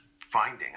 finding